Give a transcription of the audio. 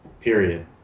period